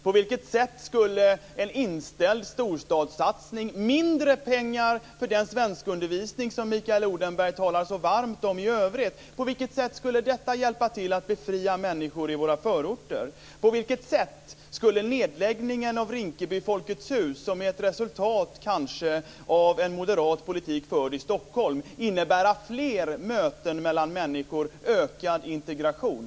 På vilket sätt skulle en inställd storstadssatsning, med mindre pengar för den svenskundervisning som Mikael Odenberg talar så varmt om i övrigt, hjälpa till att befria människor i våra förorter? På vilket sätt skulle nedläggningen av Rinkeby Folkets hus, som kanske är ett resultat av en moderat politik förd i Stockholm, innebära fler möten mellan människor och ökad integration?